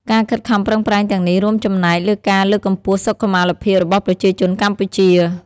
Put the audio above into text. ការខិតខំប្រឹងប្រែងទាំងនេះរួមចំណែកលើការលើកកម្ពស់សុខុមាលភាពរបស់ប្រជាជនកម្ពុជា។